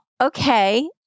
okay